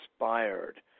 inspired